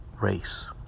race